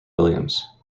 williams